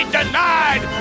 denied